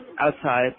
outside